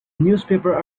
newspaper